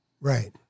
Right